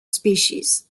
species